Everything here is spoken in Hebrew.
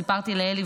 סיפרתי לאלי,